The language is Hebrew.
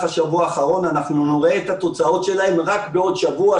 השבוע האחרון אנחנו נראה את התוצאות שלהם רק בעוד שבוע,